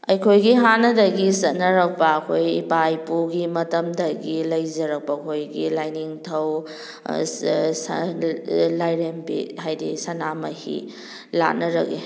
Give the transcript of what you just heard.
ꯑꯩꯈꯣꯏꯒꯤ ꯍꯥꯟꯅꯗꯒꯤ ꯆꯠꯅꯔꯛꯄ ꯑꯩꯈꯣꯏ ꯏꯄꯥ ꯏꯄꯨꯒꯤ ꯃꯇꯝꯗꯒꯤ ꯂꯩꯖꯔꯛꯄ ꯑꯩꯈꯣꯏꯒꯤ ꯂꯥꯏꯅꯤꯡꯊꯧ ꯂꯥꯏꯔꯦꯝꯕꯤ ꯍꯥꯏꯗꯤ ꯁꯅꯥꯃꯍꯤ ꯂꯥꯠꯅꯔꯛꯏ